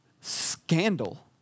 scandal